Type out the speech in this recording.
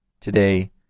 today